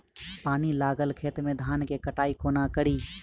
पानि लागल खेत मे धान केँ कटाई कोना कड़ी?